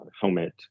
helmet